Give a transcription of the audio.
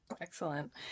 excellent